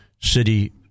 city